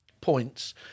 points